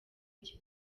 iki